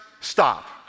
Stop